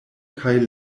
kaj